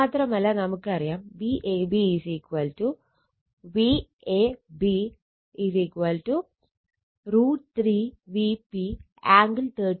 മാത്രമല്ല നമുക്കറിയാം Vab VAB √ 3Vp angle 30o